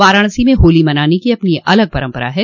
वाराणसी में होली मनाने की अपनी एक अलग परंपरा है